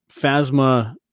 phasma